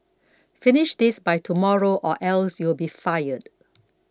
finish this by tomorrow or else you'll be fired